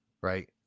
Right